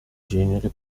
genere